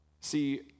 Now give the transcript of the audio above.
See